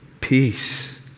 Peace